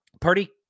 Purdy